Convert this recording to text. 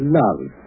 love